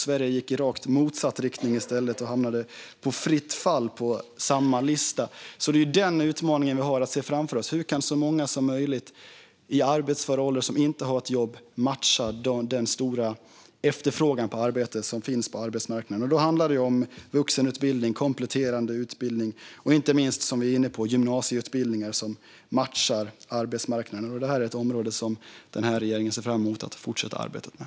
Sverige gick i rakt motsatt riktning i stället och hamnade i fritt fall på denna lista. Det är denna utmaning som vi har framför oss: Hur kan så många som möjligt i arbetsför ålder som inte har ett jobb matcha den stora efterfrågan på arbetskraft som finns på arbetsmarknaden? Då handlar det om vuxenutbildning, kompletterande utbildning och inte minst, som vi är inne på, gymnasieutbildningar som matchar arbetsmarknaden. Detta är ett område som denna regering ser fram emot att fortsätta arbeta med.